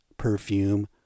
perfume